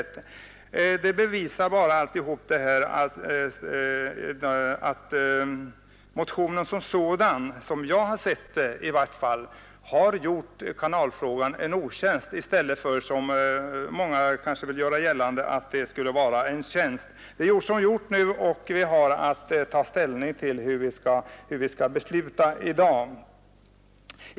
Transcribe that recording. Allt detta bevisar bara, i varje fall som jag har sett det, att motionen som sådan har gjort kanalfrågan en otjänst i stället för, som många kanske vill göra gällande, en tjänst. Det är gjort som det är gjort nu, och vi har att ta ställning till hur vi skall besluta i dag.